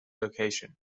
location